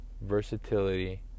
Versatility